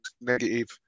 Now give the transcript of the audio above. negative